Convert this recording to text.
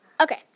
Okay